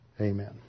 Amen